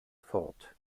fort